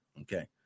Okay